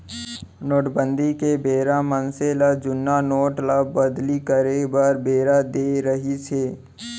नोटबंदी के बेरा मनसे ल जुन्ना नोट ल बदली करे बर बेरा देय रिहिस हे